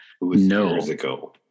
No